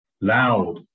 loud